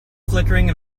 flickering